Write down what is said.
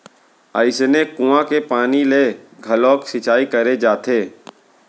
अइसने कुँआ के पानी ले घलोक सिंचई करे जाथे